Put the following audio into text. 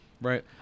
Right